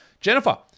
Jennifer